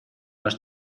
los